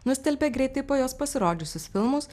nustelbė greitai po jos pasirodžiusius filmus